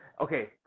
okay